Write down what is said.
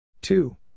Two